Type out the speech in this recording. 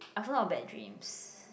I've a lot of bad dreams